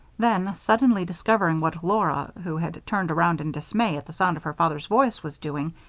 then, suddenly discovering what laura, who had turned around in dismay at the sound of her father's voice, was doing,